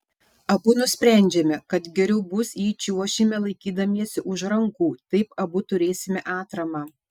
abu nusprendžiame kad geriau bus jei čiuošime laikydamiesi už rankų taip abu turėsime atramą